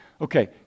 Okay